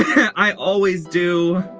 i always do